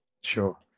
Sure